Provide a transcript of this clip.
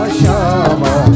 shama